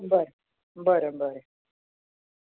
बरें बरें बरें